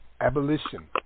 Abolition